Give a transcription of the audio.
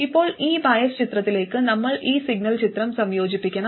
ഇപ്പോൾ ഈ ബയസ് ചിത്രത്തിലേക്ക് നമ്മൾ ഈ സിഗ്നൽ ചിത്രം സംയോജിപ്പിക്കണം